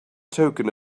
token